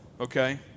Okay